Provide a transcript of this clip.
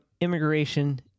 immigration